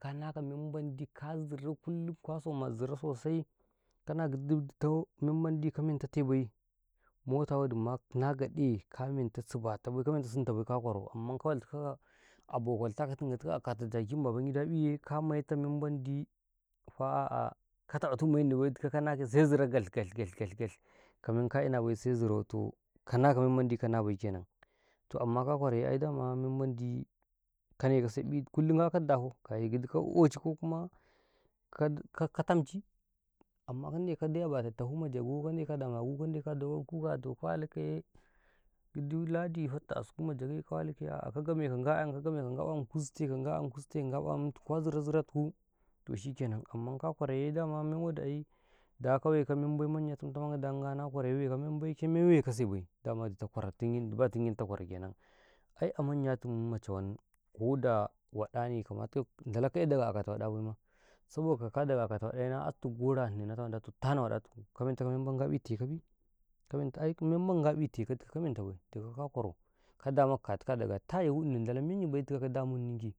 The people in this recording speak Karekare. ka na ka menmandi ka zirau, kul kwa somaa zirau sosai, kana kaditut tau mendi ka men ta tebay, mota wadi ma na gaɗe ka men tasu ba bay, kamen ta tu sun ta bay, ka kwarau, amman ka waltu ka ka be kwarau, walta kau a kata jaki ma baban-gida ƃi yee, kamayeto menbandi mendi faa, a'ah, ko ta ba tu mai Nni bay na zirau gal-gal-gal ka men ka ina bay, sai zirau, toh kana ka men mendi ka na bay, toh amman ka kwara yee, men mendi ka ne ka ƃee, kullum ga ka dafe, kaigidi ka oci ko kuma tamci, amman ka ne ka tufu ma Jagau kan de ka damagun, kan de ka dagon-kuka tu ka walu ka yee, aluu ladi fatta asuku ma Jagay ka walu kaya, kan game ka gayan, ku ziti kaga yan ku ziti kaga yan ,kwa zira-zira, zira tu kuu, toh shikke nan toh amma ka kwara yee, damanmen wadi yee, da ka wai kamen bay, manya da ka kwarayee way ka men bay, ke way, way kasu bay, alamadu tau ba tun ge tu kwara kenan, ai a manyatum ma cawun ko da waɗa ne, daga ka ye ka daɗa a kata waɗa ne ba, saboka kaga a kata woɗaya, na asto gora Nni, na ta mani tanau wada tuku, ka men tau ka ga ii tai kabi, men mendi ngai tekau ai dukau dikau ka kwarau ka menta bay, ka damu ka tu kau ka da daga tayuwu inin dala men yi bay, ka damun nin kii.